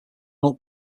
milk